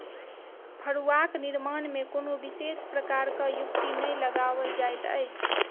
फड़ुआक निर्माण मे कोनो विशेष प्रकारक युक्ति नै लगाओल जाइत अछि